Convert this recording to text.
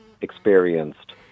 experienced